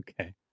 Okay